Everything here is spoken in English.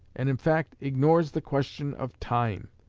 and, in fact, ignores the question of time,